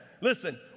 Listen